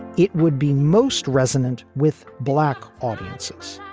it would be most resonant with black audiences.